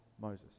Moses